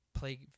Play